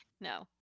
no